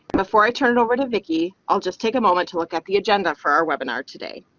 before, i turn it over to vicky, i'll just take a moment to look at the agenda for our webinar today.